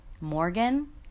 Morgan